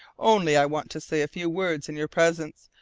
only i want to say a few words in your presence,